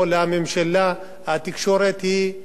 התקשורת היא זו שעושה את סדר-היום